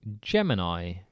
Gemini